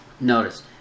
Notice